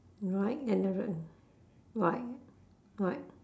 right ignorant right right